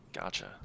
Gotcha